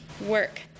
work